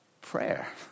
Prayer